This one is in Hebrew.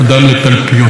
יהי זכרו ברוך,